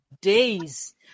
days